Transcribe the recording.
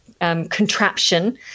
contraption